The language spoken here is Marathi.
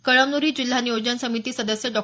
कळमनुरी जिल्हा नियोजन समिती सदस्य डॉ